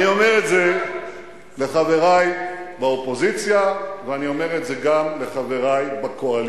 אני אומר את זה לחברי באופוזיציה ואני אומר את זה גם לחברי בקואליציה: